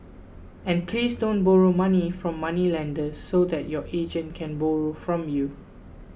and please don't borrow money from moneylenders so that your agent can borrow from you